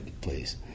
please